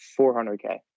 400K